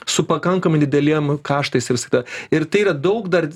su pakankamai dideliem kaštais į visą tą ir tai yra daug dar